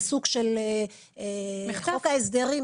חוק ההסדרים,